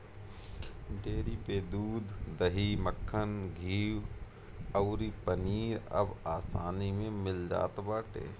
dairy पे दूध, दही, मक्खन, घीव अउरी पनीर अब आसानी में मिल जात बाटे